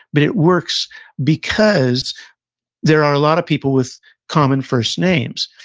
but it works because there are a lot of people with common first names.